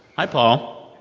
hi, paul.